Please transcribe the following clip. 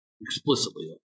explicitly